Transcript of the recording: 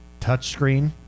touchscreen